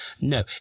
no